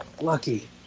Lucky